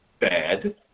bad